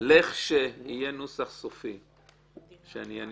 לכשיהיה נוסח סופי שאני אניח,